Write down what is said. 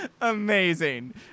Amazing